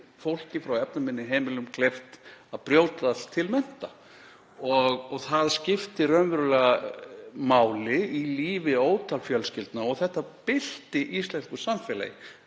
fólki frá efnaminni heimilum kleift að brjótast til mennta og það skipti raunverulega máli í lífi ótal fjölskyldna. Þetta bylti íslensku samfélagi